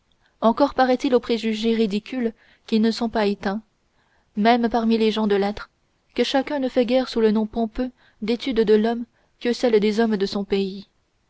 encore paraît-il aux préjugés ridicules qui ne sont pas éteints même parmi les gens de lettres que chacun ne fait guère sous le nom pompeux d'étude de l'homme que celle des hommes de son pays